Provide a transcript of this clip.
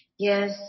Yes